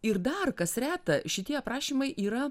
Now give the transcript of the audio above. ir dar kas reta šitie aprašymai yra